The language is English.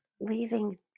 leaving